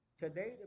Today